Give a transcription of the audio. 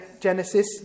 Genesis